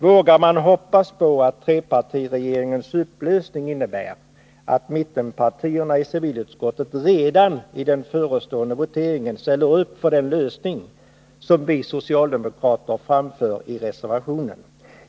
Vågar man hoppas på att trepartiregeringens upplösning innebär att mittenpartierna i civilutskottet redan i den förestående voteringen ställer upp för den lösning som vi socialdemokrater framför i reservationen?